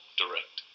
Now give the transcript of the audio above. direct